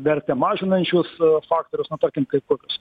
vertę mažinančius faktorius nu tarkim kaip kokios